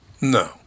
No